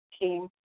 team